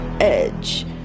edge